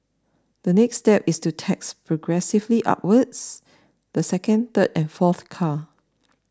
a next step is to tax progressively upwards the second third and fourth car